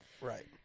Right